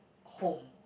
home